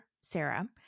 Sarah